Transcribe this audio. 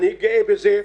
אני גאה בזה,